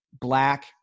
black